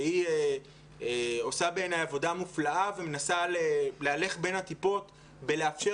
שהיא עושה בעיניי עבודה מופלאה ומנסה להלך בין הטיפות בלאפשר